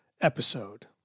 episode